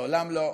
לעולם לא.